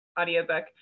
audiobook